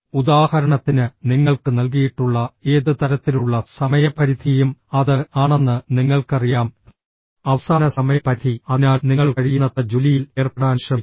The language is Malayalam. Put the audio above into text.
ഉദാഹരണത്തിന് നിങ്ങൾക്ക് നൽകിയിട്ടുള്ള ഏത് തരത്തിലുള്ള സമയപരിധിയും അത് ആണെന്ന് നിങ്ങൾക്കറിയാം അവസാന സമയപരിധി അതിനാൽ നിങ്ങൾ കഴിയുന്നത്ര ജോലിയിൽ ഏർപ്പെടാൻ ശ്രമിക്കും